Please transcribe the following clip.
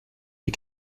des